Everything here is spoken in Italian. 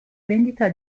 vendita